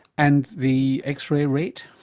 and the x-ray rate?